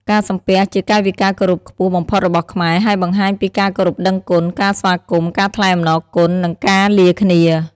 ការសំពះ ជាកាយវិការគោរពខ្ពស់បំផុតរបស់ខ្មែរ ហើយបង្ហាញពីការគោរពដឹងគុណ ការស្វាគមន៍ ការថ្លែងអំណរគុណ និងការលាគ្នា។